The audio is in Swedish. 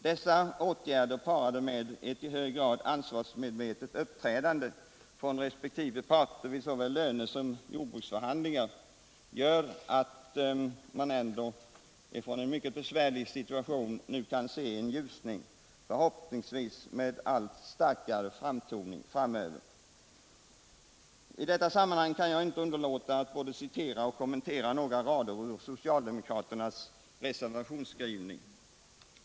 Dessa åtgärder parade med ett i hög grad ansvarsmedvetet uppträdande från resp. parter vid såväl lönesom jordbruksförhandlingar gör att man ändå utifrån en mycket besvärlig situation nu kan se en ljusning, förhoppningsvis med allt starkare framtoning efter hand. I detta sammanhang kan jag inte underlåta att både citera och kommentera några rader ur socialdemokraternas reservationsskrivning.